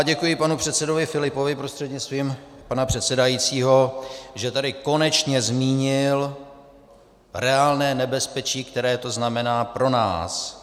Děkuji panu předsedovi Filipovi prostřednictvím pana předsedajícího, že tady konečně zmínil reálné nebezpečí, které to znamená pro nás.